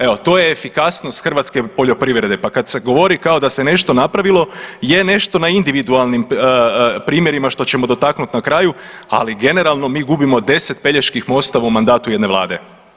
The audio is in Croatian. Evo to je efikasnost hrvatske poljoprivrede, pa kad se govori kao da se nešto napravilo, je nešto na individualnim primjerima što ćemo dotaknut na kraju, ali generalno mi gubimo 10 Peljeških mostova u mandatu jedne vlade.